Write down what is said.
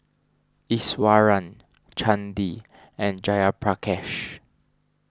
Iswaran Chandi and Jayaprakash